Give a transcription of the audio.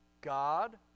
God